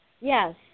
Yes